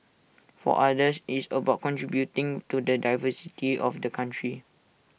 for others IT is about contributing to the diversity of the country